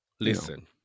Listen